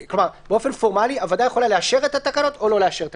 באופן פורמלי הוועדה יכולה לאשר את התקנות או לא לאשר תקנות,